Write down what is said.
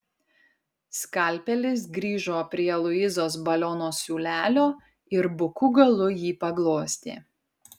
skalpelis grįžo prie luizos baliono siūlelio ir buku galu jį paglostė